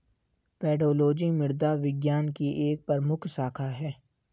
pedology मृदा विज्ञान की एक प्रमुख शाखा है